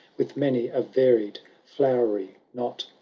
with many a varied flowery knot.